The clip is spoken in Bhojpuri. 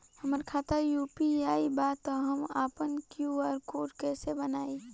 हमार खाता यू.पी.आई बा त हम आपन क्यू.आर कोड कैसे बनाई?